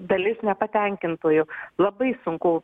dalis nepatenkintųjų labai sunku